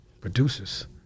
Producers